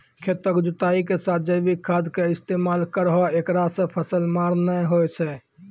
खेतों के जुताई के साथ जैविक खाद के इस्तेमाल करहो ऐकरा से फसल मार नैय होय छै?